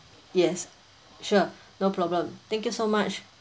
yes sure no problem thank you so much